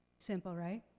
simple, right?